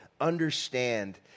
understand